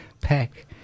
pack